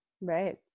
right